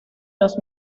los